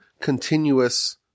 continuous